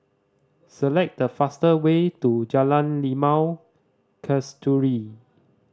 select the fast way to Jalan Limau Kasturi